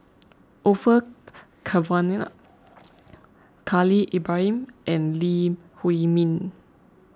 Orfeur Cavenagh Khalil Ibrahim and Lee Huei Min